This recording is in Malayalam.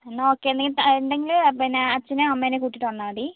എന്നാ ഓക്കെ നീ ഉണ്ടെങ്കിൽ പിന്നെ അച്ഛനെയോ അമ്മേനെയോ കൂട്ടിയിട്ട് വന്നാൽ മതി